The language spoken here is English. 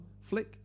Flick